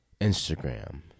Instagram